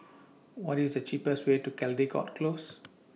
What IS The cheapest Way to Caldecott Close